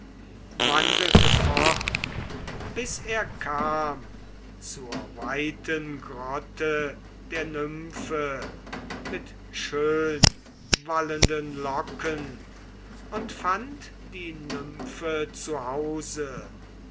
wandelte fort bis er kam zur weiten grotte der nymphe mit schönwallenden locken und fand die nymphe